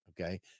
okay